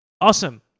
awesome